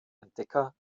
entdecker